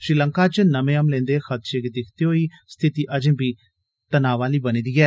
श्रीलंका च नमें हमलें दे खदशे गी दिक्खदे होई स्थिति अजें बी तनाव आली बनी दी ऐ